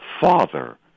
Father